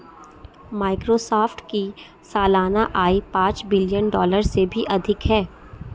Microsoft की सालाना आय पांच बिलियन डॉलर से भी अधिक है